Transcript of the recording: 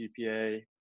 GPA